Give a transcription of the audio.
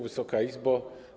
Wysoka Izbo!